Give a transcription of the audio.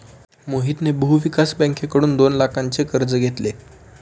मोहितने भूविकास बँकेकडून दोन लाखांचे कर्ज घेतले